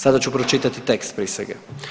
Sada ću pročitati tekst prisege.